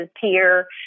peer